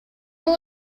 will